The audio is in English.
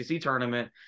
tournament